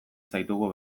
zaitugu